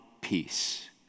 peace